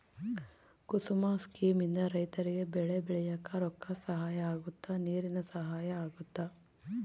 ಕುಸುಮ scheme ಇಂದ ರೈತರಿಗೆ ಬೆಳೆ ಬೆಳಿಯಾಕ ರೊಕ್ಕ ಸಹಾಯ ಅಗುತ್ತ ನೀರಿನ ಸಹಾಯ ಅಗುತ್ತ